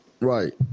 Right